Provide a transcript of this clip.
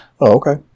okay